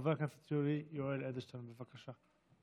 חבר הכנסת יולי יואל אדלשטיין, בבקשה.